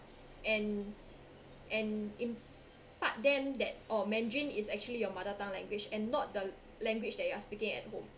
and and impart them that oh mandarin is actually your mother tongue language and not the language that you are speaking at home